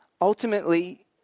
ultimately